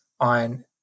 on